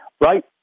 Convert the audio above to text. Right